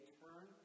turn